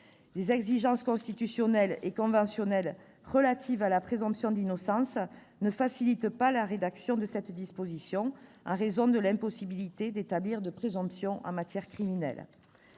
Les exigences constitutionnelles et conventionnelles relatives à la présomption d'innocence ne facilitent pas la rédaction de cette disposition, en raison de l'impossibilité d'établir des présomptions en matière criminelle.